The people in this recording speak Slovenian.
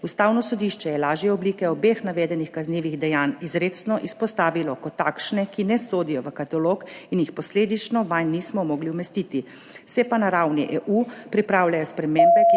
Ustavno sodišče je lažje oblike obeh navedenih kaznivih dejanj izrecno izpostavilo kot takšne, ki ne sodijo v katalog, in jih posledično vanj nismo mogli umestiti. Se pa na ravni EU pripravljajo spremembe,